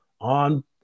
on